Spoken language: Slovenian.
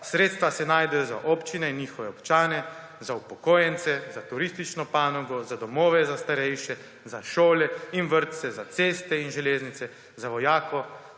Sredstva se najdejo za občine in njihove občane, za upokojence, za turistično panogo, za domove za starejše, za šole in vrtce, za ceste in železnice, za vojake